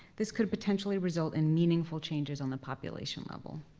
this could potentially result in meaningful changes on the population level.